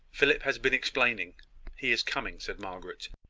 philip has been explaining he is coming, said margaret,